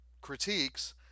critiques